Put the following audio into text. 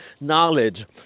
knowledge